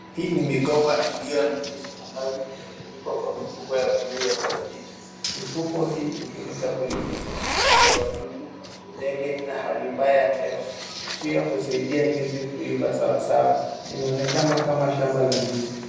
Hii ni migomba iliyo na ndizi ambazo zimefunikwa kwa mifuko ya buluu ya plastiki. Mifuko hii hutumika kulinda ndizi dhidi ya wadudu, ndege na hali mbaya ya hewa na pia husaidia ndizi kuiva sawasawa. Inaonekana kama shamba la ndizi.